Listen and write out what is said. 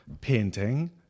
painting